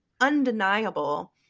undeniable